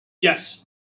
Yes